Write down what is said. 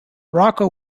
rocco